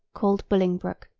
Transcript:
called bolingbroke